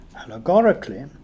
Allegorically